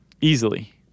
Easily